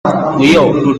leo